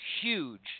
huge